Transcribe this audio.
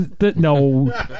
No